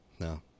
no